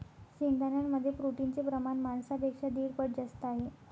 शेंगदाण्यांमध्ये प्रोटीनचे प्रमाण मांसापेक्षा दीड पट जास्त आहे